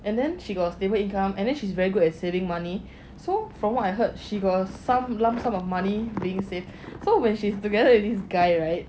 and then she got a stable income and then she's very good at saving money so from what I heard she was some lump sum of money being saved so when she together with this guy right